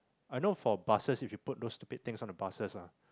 I know for buses if you put those stupid thing on the buses ah